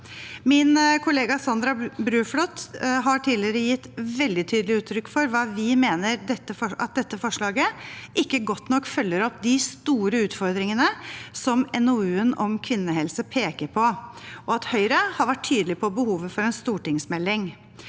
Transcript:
Min kollega Sandra Bruflot har tidligere gitt veldig tydelig uttrykk for hva vi mener: at dette forslaget ikke godt nok følger opp de store utfordringene som NOU-en om kvinnehelse peker på, og at Høyre har vært tydelig på behovet for en stortingsmelding.